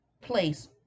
place